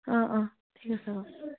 অঁ অঁ ঠিক আছে অ'